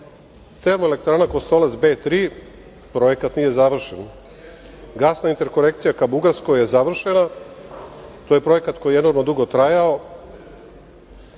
Termoelektrana Kostolac B3, projekat nije završen. Gasna interkonekcija ka Bugarskoj je završena, to je projekat koji je mnogo dugo trajao,